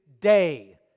day